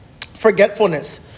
Forgetfulness